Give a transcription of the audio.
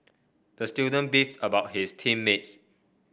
the student beefed about his team mates